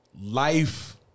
life-